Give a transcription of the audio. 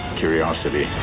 curiosity